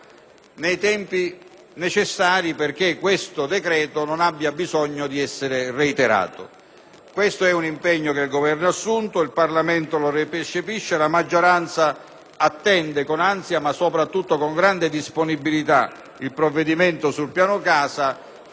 Questo è un impegno che il Governo ha assunto: il Parlamento lo recepisce e la maggioranza attende con ansia e soprattutto con grande disponibilità il provvedimento sul Piano casa, che sicuramente, dopo tanti decenni, com'è stato detto in quest'Aula, segnerà una nuova politica di